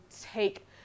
take